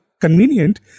convenient